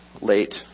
late